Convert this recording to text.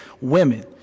women